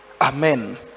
Amen